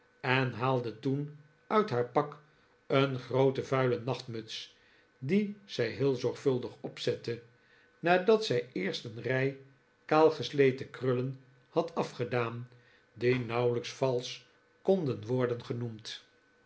en haalde toen uit haar pak een groote vuile nachtmuts die zij heel zorgvuldig opzette nadat zij eerst een rij kaal gesleten kruilen had afgedaan die nauwelijk valsch konden worden genoemd